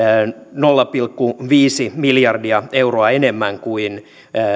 nolla pilkku viisi miljardia euroa enemmän kuin